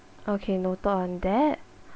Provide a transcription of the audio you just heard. okay noted on that